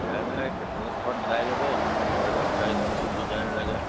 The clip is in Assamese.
জানে সেই কেটেলগখন চাই ল'ব কেটেলগ চাই কোনটো ডিজাইন লাগে